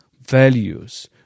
Values